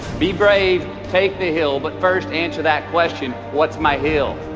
be brave take the hill, but first answer that question what's my hill?